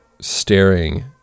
staring